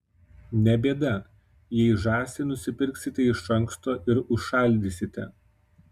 ne bėda jei žąsį nusipirksite iš anksto ir užšaldysite